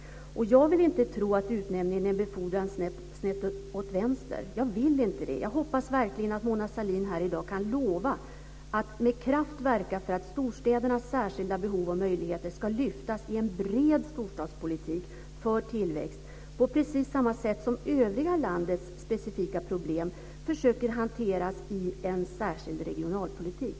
Jag vill inte tro att utnämningen är en befordran snett åt vänster. Jag vill inte det. Jag hoppas verkligen att Mona Sahlin här i dag kan lova att med kraft verka för att storstädernas särskilda behov och möjligheter ska lyftas i en bred storstadspolitik för tillväxt på precis samma sätt som man försöker hantera övriga landets specifika problem i en särskild regionalpolitik.